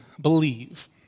believe